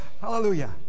Hallelujah